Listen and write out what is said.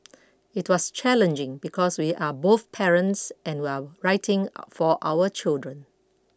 it was challenging because we are both parents and we're writing for our own children